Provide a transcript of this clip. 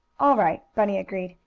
all right, bunny agreed.